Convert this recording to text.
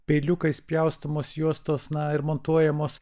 peiliukais pjaustomos juostos na ir montuojamos